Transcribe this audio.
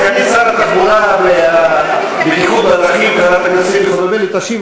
סגנית שר התחבורה והבטיחות בדרכים חברת הכנסת חוטובלי תשיב